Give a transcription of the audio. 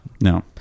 No